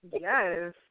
Yes